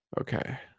Okay